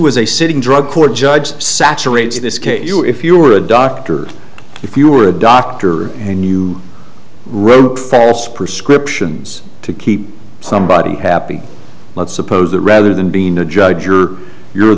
was a sitting drug court judge saturates this case you if you're a doctor if you were a doctor and you wrote ferrets prescriptions to keep somebody happy let's suppose that rather than being a judge or you're